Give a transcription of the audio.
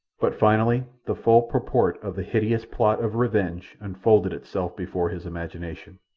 but finally the full purport of the hideous plot of revenge unfolded itself before his imagination.